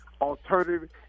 alternative